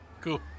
Cool